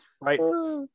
right